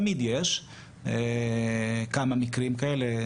תמיד יש כמה מקרים כאלה,